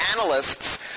analysts